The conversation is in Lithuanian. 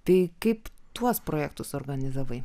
tai kaip tuos projektus organizavai